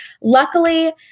luckily